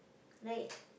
right